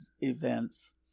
events